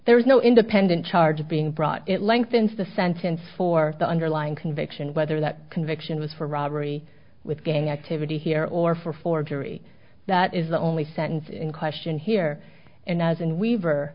there is no independent charge being brought it lengthens the sentence for the underlying conviction whether that conviction was for robbery with gang activity here or for forgery that is the only sentence in question here and as and weaver